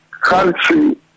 country